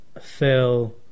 Phil